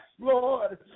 Lord